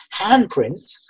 handprints